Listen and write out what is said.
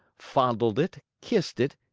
fondled it, kissed it,